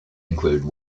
include